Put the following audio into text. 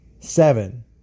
Seven